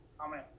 Amen